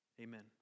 Amen